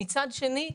מצד שני,